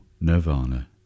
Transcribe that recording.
Nirvana